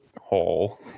hole